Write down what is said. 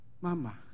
Mama